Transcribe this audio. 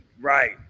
Right